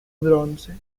bronce